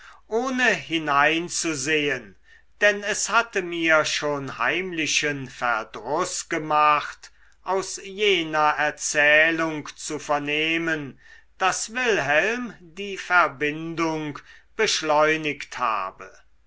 ohne hineinzusehen denn es hatte mir schon heimlichen verdruß gemacht aus jener erzählung zu vernehmen daß wilhelm die verbindung beschleunigt habe